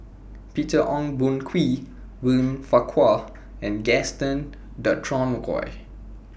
Peter Ong Boon Kwee William Farquhar and Gaston Dutronquoy